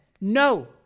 No